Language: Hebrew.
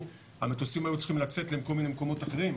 המטוסים היו צריכים לצאת לכל מיני מקומות אחרים,